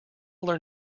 learn